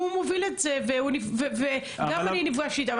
הוא מוביל את זה וגם אני נפגשתי איתם.